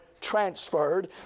transferred